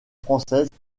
françaises